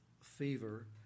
fever